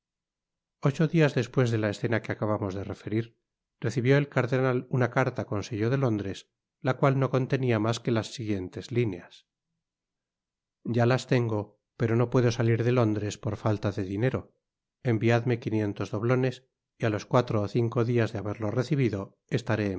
ocho dias despues de la escena que acabamos de referir recibió el cardenal una carta con sello de londres ta cual no conte nia mas que las siguientes lineas ya las tengo pero no puedo salir de londres por falta de dinero enviadme quinientos doblones y á los cuatro ó cinco dias de haberlos recibido estaré en